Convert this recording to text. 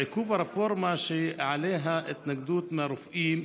עיכוב הרפורמה, יש עליה התנגדות מהרופאים,